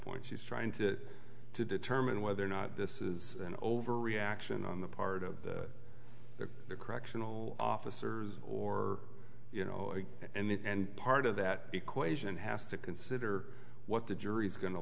point she's trying to determine whether or not this is an overreaction on the part of the the correctional officers or you know and part of that equation has to consider what the jury's go